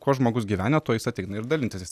kuo žmogus gyvena tuo jis ateina ir dalintis